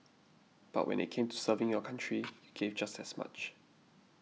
but when it came to serving your country you gave just as much